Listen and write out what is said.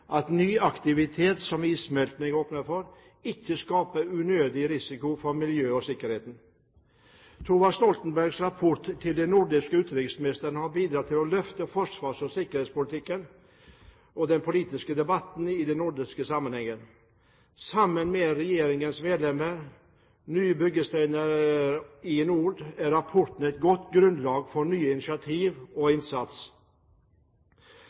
at ny aktivitet, som issmelting åpner for, ikke skaper unødig risiko for miljøet og sikkerheten. Thorvald Stoltenbergs rapport til de nordiske utenriksministrene har bidratt til å løfte forsvars- og sikkerhetspolitikken og den politiske debatten i nordisk sammenheng. Sammen med regjeringens melding Nye byggesteiner i nord er rapporten et godt grunnlag for nye initiativ og